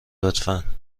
لطفا